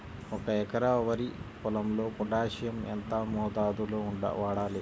ఒక ఎకరా వరి పొలంలో పోటాషియం ఎంత మోతాదులో వాడాలి?